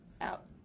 out